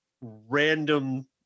random